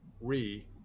re